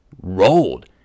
rolled